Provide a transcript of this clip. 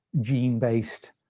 gene-based